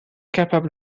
capable